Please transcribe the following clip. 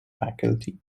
faculty